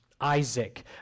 Isaac